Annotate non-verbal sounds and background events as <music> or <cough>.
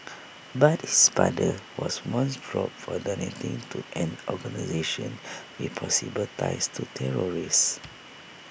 <noise> but his father was once probed for donating to an organisation with possible ties to terrorists